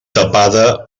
tapada